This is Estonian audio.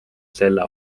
selle